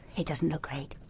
it doesn't look great.